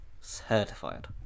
Certified